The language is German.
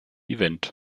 event